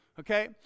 Okay